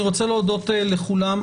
רוצה להודות לכולם.